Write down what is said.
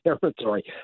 territory